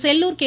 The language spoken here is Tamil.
செல்லூர் கே